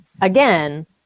again